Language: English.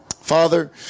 Father